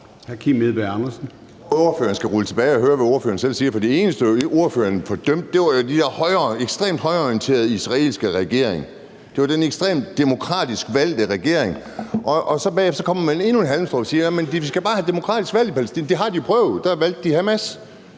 tilbage og høre, hvad ordføreren selv siger, for det eneste, ordføreren fordømte, var jo den der ekstremt højreorienterede israelske regering. Det var den totalt demokratisk valgte regering. Og bagefter kommer man så med endnu et halmstrå og siger: Men de skal bare have et demokratisk valg i Palæstina. Det har de jo prøvet. Der valgte de Hamas